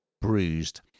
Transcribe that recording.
Bruised